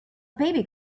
baby